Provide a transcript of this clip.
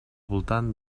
voltant